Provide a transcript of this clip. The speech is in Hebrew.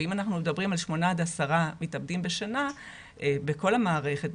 אם אנחנו מדברים על שמונה עד עשרה מתאבדים בשנה בכל המערכת,